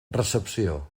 recepció